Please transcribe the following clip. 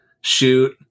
shoot